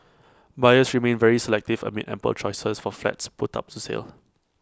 buyers remain very selective amid ample choices for flats put up to sale